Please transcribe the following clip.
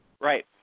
Right